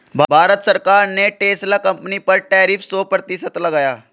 भारत सरकार ने Tesla company पर टैरिफ सो प्रतिशत लगाया